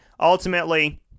Ultimately